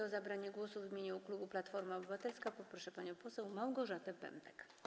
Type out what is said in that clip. O zabranie głosu w imieniu klubu Platforma Obywatelska poproszę panią poseł Małgorzatę Pępek.